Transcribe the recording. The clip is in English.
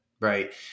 Right